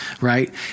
right